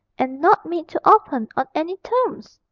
and not made to open on any terms!